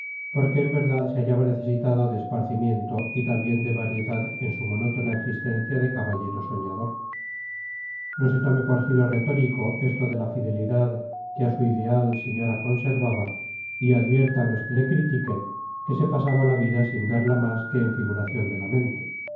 porque en verdad se hallaba necesitado de esparcimiento y también de variedad en su monótona existencia de caballero soñador no se tome por giro retórico esto de la fidelidad que a su ideal señora conservaba y adviertan los que le critiquen que se pasaba la vida sin verla más que en figuración de la mente